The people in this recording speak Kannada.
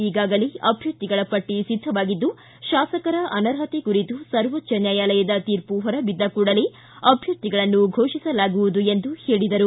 ಈಗಾಗಲೇ ಅಭ್ಯರ್ಥಿಗಳ ಪಟ್ಟಿ ಸಿದ್ಧವಾಗಿದ್ದು ಶಾಸಕರ ಅನರ್ಹತೆ ಕುರಿತು ಸರ್ವೋಚ್ಚ ನ್ಕಾಯಾಲಯದ ತೀರ್ಪು ಹೊರಬಿದ್ದ ಕೂಡಲೇ ಅಭ್ಯರ್ಥಿಗಳನ್ನು ಘೋಷಿಸಲಾಗುವುದು ಎಂದು ಹೇಳಿದರು